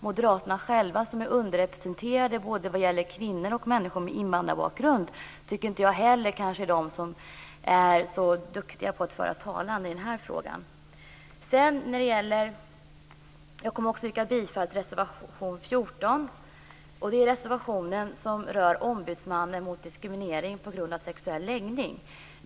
Moderaterna är underrepresenterade i fråga om kvinnor och människor med invandrarbakgrund. Det är inte ett parti som är duktig på att föra talan i denna fråga. Jag yrkar bifall till reservation 14. Reservationen rör Ombudsmannen mot diskriminering på grund av sexuell läggning.